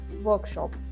workshop